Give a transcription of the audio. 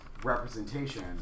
Representation